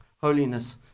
holiness